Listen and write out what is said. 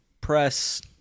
press